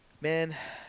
Man